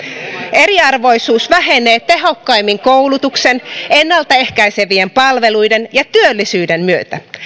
eriarvoisuus vähenee tehokkaimmin koulutuksen ennalta ehkäisevien palveluiden ja työllisyyden myötä